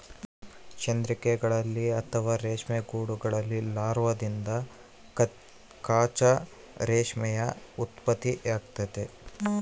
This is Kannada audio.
ಚಂದ್ರಿಕೆಗಳಲ್ಲಿ ಅಥವಾ ರೇಷ್ಮೆ ಗೂಡುಗಳಲ್ಲಿ ಲಾರ್ವಾದಿಂದ ಕಚ್ಚಾ ರೇಷ್ಮೆಯ ಉತ್ಪತ್ತಿಯಾಗ್ತತೆ